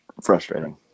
frustrating